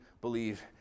believe